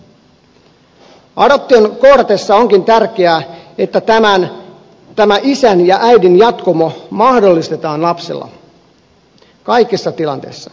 adoption kohdatessa onkin tärkeää että tämä isän ja äidin jatkumo mahdollistetaan lapselle kaikissa tilanteissa